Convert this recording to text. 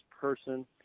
person